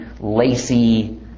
lacy